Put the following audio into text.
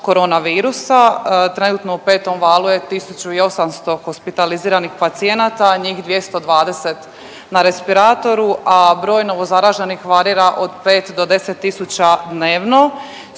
korona virusa trenutno u 5. valu je 1.800 hospitaliziranih pacijenata, a njih 220 na respiratoru, a broj novo zaraženih varira od 5 do 10.000 dnevno.